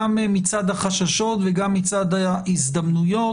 גם מצד החששות וגם מצד ההזדמנויות.